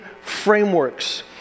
frameworks